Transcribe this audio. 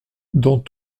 dans